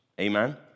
Amen